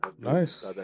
Nice